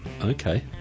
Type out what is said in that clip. Okay